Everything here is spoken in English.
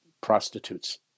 prostitutes